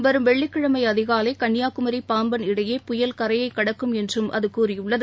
வரும் வெள்ளிக்கிழமை அதிகாலை கன்னியாகுமரி பாம்பன் இடையே புயல் கரையை கடக்கும் என்றும் அது கூறியுள்ளது